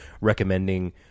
recommending